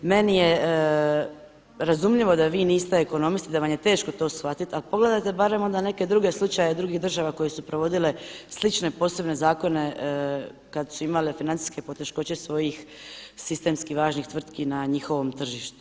Meni je razumljivo da vi niste ekonomist i da vam je teško to shvatiti, ali pogledajte barem onda neke druge slučajeve drugih država koje su provodile slične posebne zakone kada su imale financijske poteškoće svojih sistemskih važnih tvrtki na njihovom tržištu.